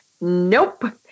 Nope